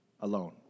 alone